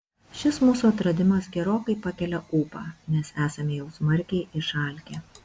šis mūsų atradimas gerokai pakelia ūpą nes esame jau smarkiai išalkę